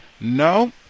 No